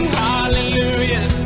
hallelujah